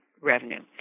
revenue